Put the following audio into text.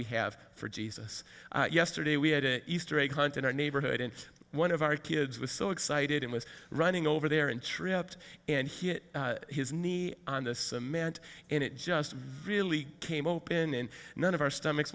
we have for jesus yesterday we had an easter egg hunt in our neighborhood and one of our kids was so excited it was running over there and tripped and hit his knee on the cement and it just really came open and none of our stomach